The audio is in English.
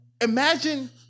imagine